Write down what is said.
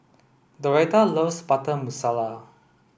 Doretha loves Butter Masala